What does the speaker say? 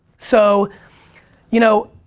so you know,